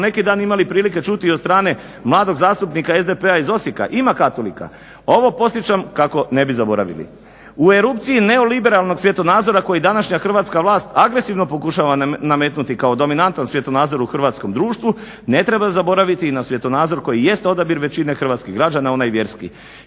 neki dan imali prilike čuti i od strane mladog zastupnika SDP-a iz Osijeka ima katolika ovo podsjećam kako ne bi zaboravili. U erupciji neoliberalnog svjetonazora koji današnja hrvatska vlast agresivno pokušava nametnuti kao dominantan svjetonazor u hrvatskom društvu ne treba zaboraviti i na svjetonazor koji jest odabir većine hrvatskih građana, onaj vjerski.